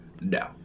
No